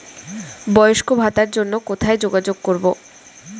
বয়স্ক ভাতার জন্য কোথায় যোগাযোগ করব?